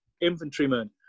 infantryman